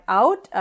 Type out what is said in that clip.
out